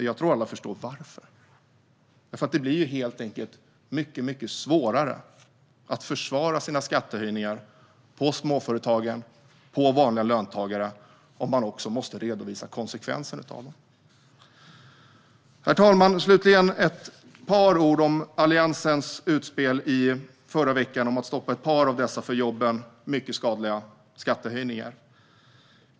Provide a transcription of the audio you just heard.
Jag tror alla förstår varför. Det blir helt enkelt mycket svårare att försvara sina skattehöjningar för småföretag och vanliga löntagare om man samtidigt måste redovisa konsekvenserna av dem. Herr talman! Slutligen vill jag säga ett par ord om Alliansens utspel förra veckan om att stoppa ett par av dessa för jobben mycket skadliga skattehöjningar.